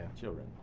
children